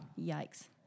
Yikes